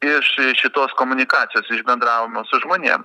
iš šitos komunikacijos iš bendravimo su žmonėm